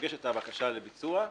מוגשת הבקשה לביצוע,